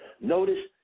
Notice